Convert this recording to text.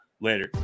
Later